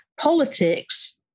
Politics